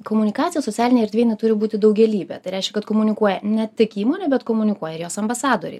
komunikacija socialinėj erdvėj jinai turi būti daugialypė tai reiškia kad komunikuoja ne tik įmonė bet komunikuoja ir jos ambasadoriai